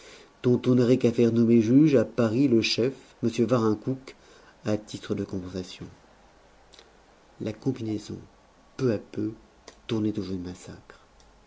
on n'aurait qu'à faire nommer juge à paris le chef m varincoucq à titre de compensation la combinaison peu à peu tournait au jeu de massacre